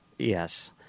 Yes